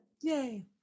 Yay